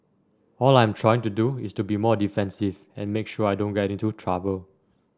all I am trying to do is to be more defensive and make sure I don't get into trouble